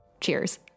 cheers